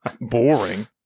Boring